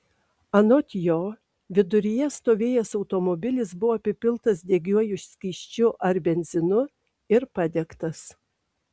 anot jo viduryje stovėjęs automobilis buvo apipiltas degiuoju skysčiu ar benzinu ir padegtas